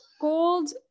Gold